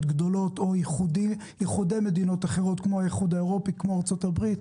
גדולות או איחודי מדינות אחרות כמו האיחוד האירופאי וכמו ארצות הברית,